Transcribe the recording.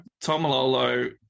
Tomalolo